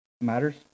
matters